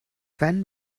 wann